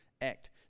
act